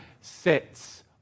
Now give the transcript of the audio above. sits